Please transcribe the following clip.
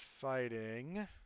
fighting